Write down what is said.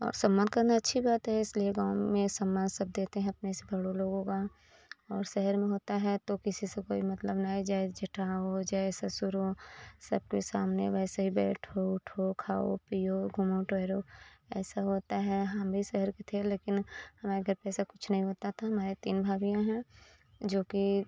और सम्मान करना अच्छी बात है इसलिए गाँव में सम्मान सब देते हैं अपने से बड़े लोगों का और शहर में होता है तो किसी से कोई मतलब नहीं चाहे जेठ जिठानी हो चाहे ससुर हो सब के सामने वैसे ही बैठो उठो खाओ पीयो घूमो टहरो ऐसा होता है हम भी शहर के थे लेकिन हमारे घर पर ऐसा कुछ नहीं होता था हमारे तीन भाभियाँ हैं जो कि